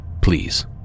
Please